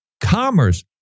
commerce